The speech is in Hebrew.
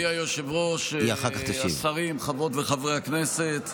אדוני היושב-ראש, השרים, חברות וחברי הכנסת,